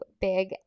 big